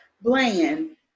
Bland